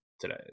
today